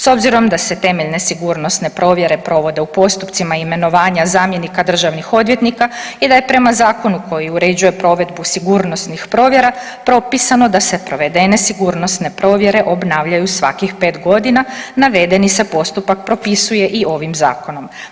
S obzirom da se temeljne sigurnosne provjere provode u postupcima imenovanja zamjenika državnih odvjetnika i da je prema zakonu koji uređuje provedbu sigurnosnih provjera, propisano da se provedene sigurnosne provjere obnavljaju svakih 5 godina, navedeni se postupak propisuje i posebnim zakonom.